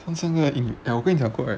eh 我跟你讲过 right